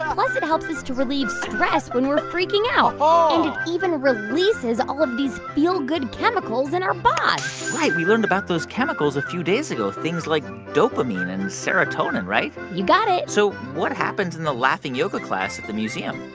ah plus, it helps us to relieve stress when we're freaking out. and it even releases all of these feel-good chemicals in our bods right. we learned about those chemicals a few days ago things like dopamine and serotonin, right? you got it so what happens in the laughing yoga class at the museum?